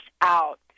out